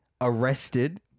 Arrested